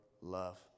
love